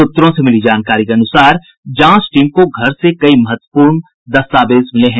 सूत्रों से मिली जानकारी के अनुसार जांच टीम को घर से कई महत्वपूर्ण दस्तावेज मिले हैं